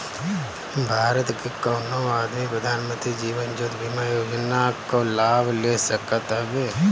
भारत के कवनो आदमी प्रधानमंत्री जीवन ज्योति बीमा योजना कअ लाभ ले सकत हवे